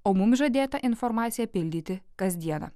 o mums žadėtą informaciją pildyti kasdieną